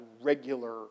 regular